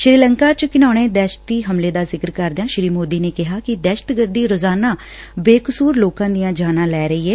ਸ੍ਰੀ ਲੰਕਾ ਚ ਘਿਣਾਉਣੇ ਦਹਿਸ਼ਤੀ ਹਮਲੇ ਦਾ ਜ਼ਿਕਰ ਕਰਦਿਆਂ ਸ੍ਰੀ ਮੋਦੀ ਨੇ ਕਿਹਾ ਕਿ ਦਹਿਸ਼ਤਗਰਦੀ ਰੋਜ਼ਾਨਾ ਬੇਕਸੁਰ ਲੋਕਾ ਦੀਆ ਜਾਨਾ ਲੈ ਰਹੀ ਏ